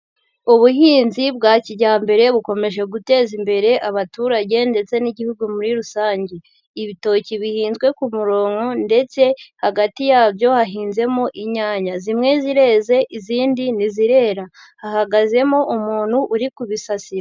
Ubuhinzi bwa kijyambere bukomeje guteza imbere abaturage ndetse n'igihugu muri rusange. Ibitoki bihinzwe ku muronko ndetse hagati yabyo hahinzemo inyanya. Zimwe zireze, izindi ntizirera. Hahagazemo umuntu uri kubisasira.